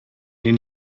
den